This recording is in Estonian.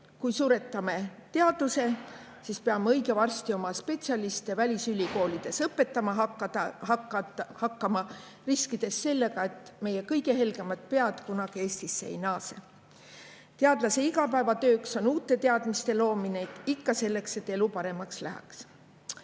Kui suretame teaduse, siis peame õige varsti oma spetsialiste välisülikoolides õpetama hakkama, riskides sellega, et meie kõige helgemad pead kunagi Eestisse ei naase. Teadlase igapäevatööks on uute teadmiste loomine – ikka selleks, et elu paremaks läheks.